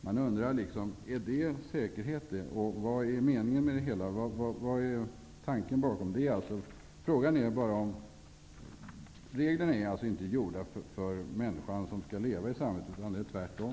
Jag undrar vad detta har med säkerhet att göra och vad som är tanken bakom det här. Reglerna är här inte gjorda för människan som skall leva i samhället, utan snarare tvärtom.